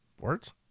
Words